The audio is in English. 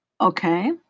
Okay